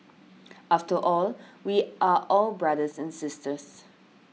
after all we are all brothers and sisters